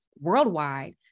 worldwide